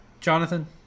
Jonathan